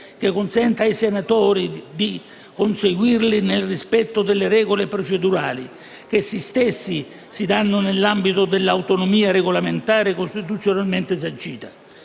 che consenta ai senatori di conseguirli nel rispetto delle regole procedurali che essi stessi si danno nell'ambito dell'autonomia regolamentare costituzionalmente sancita.